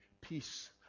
peace